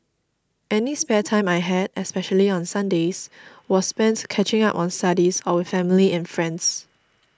any spare time I had especially on Sundays was spent catching up on studies or with family and friends